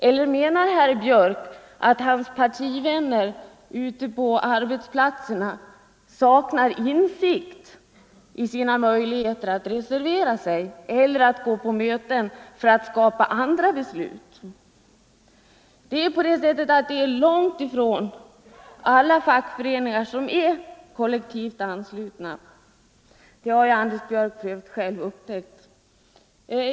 Eller menar herr Björck att hans partivänner ute på arbetsplatserna saknar insikt om sina möjligheter att reservera sig eller att gå på möten för att få till stånd andra beslut? Långt ifrån alla fackföreningar är kollektivt anslutna. Det har Anders Björck för övrigt själv upptäckt.